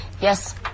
Yes